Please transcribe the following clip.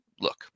Look